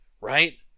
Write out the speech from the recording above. right